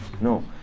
No